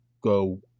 go